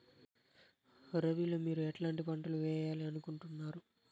రబిలో మీరు ఎట్లాంటి పంటలు వేయాలి అనుకుంటున్నారు?